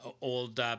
Old